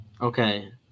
okay